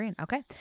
Okay